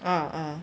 ah ah